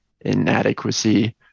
inadequacy